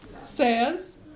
says